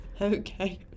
Okay